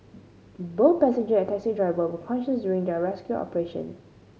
both passenger and taxi driver were conscious during the rescue operation